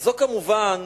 זו כמובן